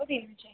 दो दिन में चाहिए